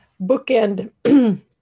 bookend